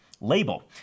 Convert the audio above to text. label